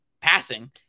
passing